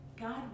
God